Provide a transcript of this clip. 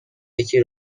یکی